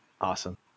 Awesome